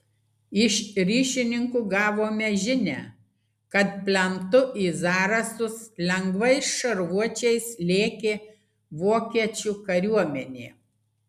iš ryšininkų gavome žinią kad plentu į zarasus lengvais šarvuočiais lėkė vokiečių kariuomenė